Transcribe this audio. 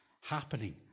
happening